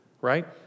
right